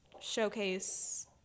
showcase